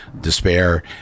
despair